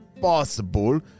possible